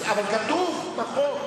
אבל כתוב בחוק.